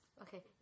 Okay